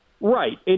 Right